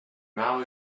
now